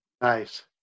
Nice